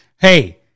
hey